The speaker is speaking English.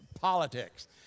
politics